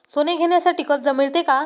सोने घेण्यासाठी कर्ज मिळते का?